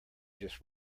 just